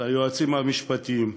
ליועצים המשפטיים,